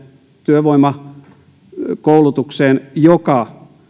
työvoimakoulutukseen mikä